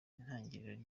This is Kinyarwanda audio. intangiriro